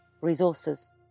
resources